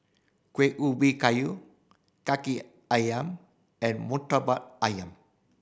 Kuih Ubi Kayu Kaki Ayam and Murtabak Ayam